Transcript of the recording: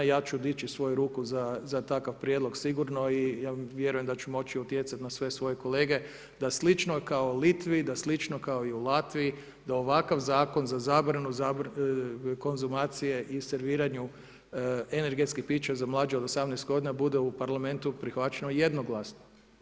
Ja ću dići svoju ruku za takav prijedlog sigurno i vjerujem da ću moći utjecati na sve svoje kolege da slično kao u Litvi, da slično kao i u Latviji, da ovakav zakon za zabranu konzumacije i serviranju energetskih pića za mlađe od 18 godina bude u Parlamentu prihvaćeno jednoglasno.